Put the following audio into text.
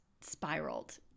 spiraled